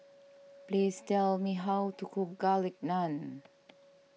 please tell me how to cook Garlic Naan